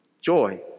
Joy